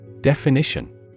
Definition